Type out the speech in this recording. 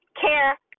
care